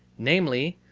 namely,